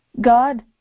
God